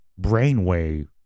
BrainWave